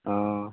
অঁ